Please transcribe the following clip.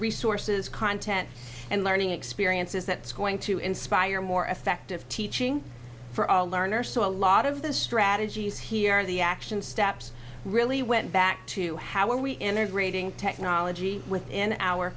resources content and learning experiences that's going to inspire more effective teaching for all learners so a lot of the strategies here the action steps really went back to how when we enter grading technology within our